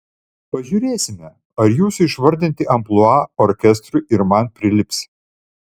pažiūrėsime ar jūsų išvardinti amplua orkestrui ir man prilips